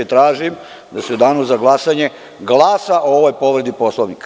Tražim da se u Danu za glasanje glasa o ovoj povredi Poslovnika.